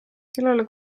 kellele